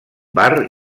bar